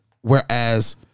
whereas